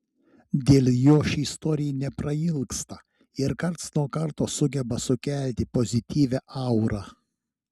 dėl jo ši istorija neprailgsta ir karts nuo karto sugeba sukelti pozityvią aurą